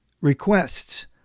requests